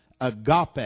Agape